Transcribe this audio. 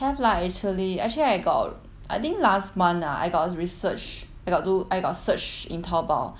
have lah actually actually I got I think last month ah I got research I got do I got search in Taobao